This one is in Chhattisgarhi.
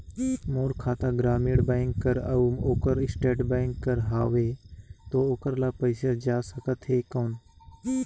मोर खाता ग्रामीण बैंक कर अउ ओकर स्टेट बैंक कर हावेय तो ओकर ला पइसा जा सकत हे कौन?